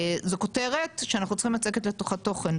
זו כותרת שאנחנו צריכים לצקת לתוכה תוכן.